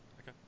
Okay